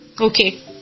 Okay